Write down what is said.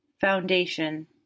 Foundation